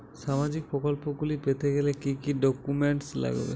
সামাজিক প্রকল্পগুলি পেতে গেলে কি কি ডকুমেন্টস লাগবে?